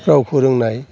राव फोरोंनाय